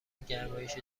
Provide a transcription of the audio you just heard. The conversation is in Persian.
گرمایش